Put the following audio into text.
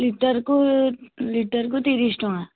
litre କୁ litre କୁ ତିରିଶ ଟଙ୍କା